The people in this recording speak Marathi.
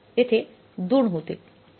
तेथे 2 होते